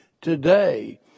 today